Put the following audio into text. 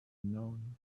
known